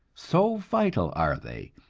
so vital are they,